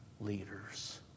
leaders